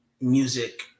music